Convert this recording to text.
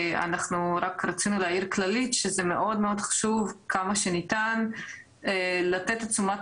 רק רצינו להעיר שזה מאוד חשוב לתת תשומת